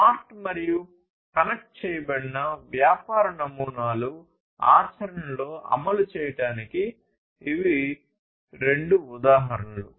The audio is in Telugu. స్మార్ట్ మరియు కనెక్ట్ చేయబడిన వ్యాపార నమూనాలు ఆచరణలో అమలు చేయడానికి ఇవి రెండు ఉదాహరణలు